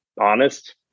honest